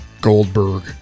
Goldberg